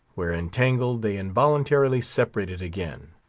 where, entangled, they involuntarily separated again.